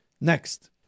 Next